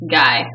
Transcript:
guy